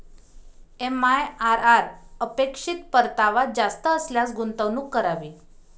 MIRR अपेक्षित परतावा जास्त असल्यास गुंतवणूक करावी